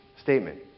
statement